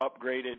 upgraded